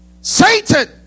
Satan